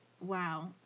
Wow